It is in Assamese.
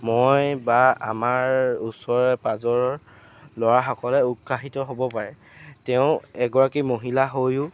মই বা আমাৰ ওচৰে পাঁজৰৰ ল'ৰাসকলে উৎসাহীত হ'ব পাৰে তেওঁ এগৰাকী মহিলা হৈও